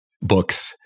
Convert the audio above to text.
books